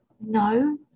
No